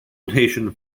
notation